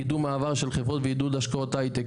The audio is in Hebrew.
קידום מעבר של חברות ועידוד השקעות הייטק,